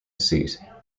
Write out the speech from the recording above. seat